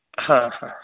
हा हा